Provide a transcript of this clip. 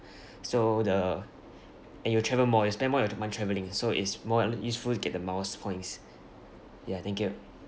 so the and you travel more you spend more in term of travelling so is more like useful to get the miles points ya thank you